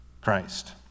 Christ